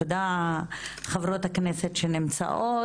תודה חברות הכנסת שנמצאות,